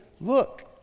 look